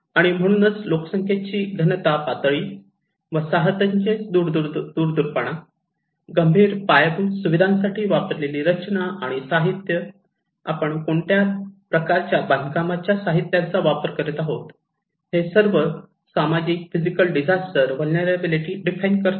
आणि म्हणूनच लोकसंख्येची घनता पातळी वसाहतींचे दूरदूरपणा गंभीर पायाभूत सुविधांसाठी वापरलेली रचना आणि साहित्य आपण कोणत्या प्रकारच्या बांधकाम साहित्यांचा वापर करीत आहोत हे सर्व सामाजिक फिजिकल डिझास्टर व्हलनेरलॅबीलीटी डिफाइन करतात